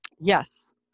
Yes